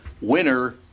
winner